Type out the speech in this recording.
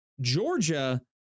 Georgia